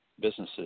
businesses